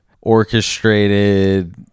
orchestrated